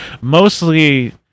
mostly